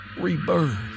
rebirth